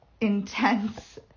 intense